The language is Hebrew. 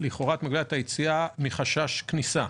לכאורה את מגבילה את היציאה מחשש כניסה.